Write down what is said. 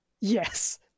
Yes